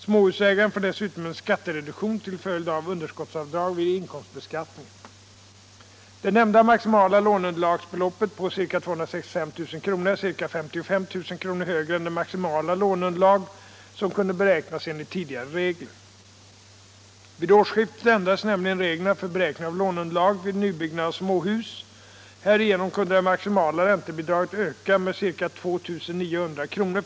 Småhusägaren får dessutom en skattereduktion till följd av underskottsavdrag vid inkomstbeskattningen. Det nämnda maximala låneunderlagsbeloppet på ca 265 000 kr. är ca 55 000 kr. högre än det maximala låneunderlag som kunde beräknas enligt tidigare regler. Vid årsskiftet ändrades nämligen reglerna för beräkning av låneunderlaget vid nybyggnad av småhus . Härigenom kunde det maximala räntebidraget öka med ca 2900 kr.